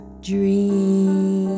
dream